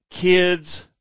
kids